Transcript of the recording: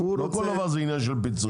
לא כל דבר זה עניין של פיצוי.